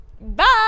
Bye